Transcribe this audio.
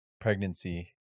pregnancy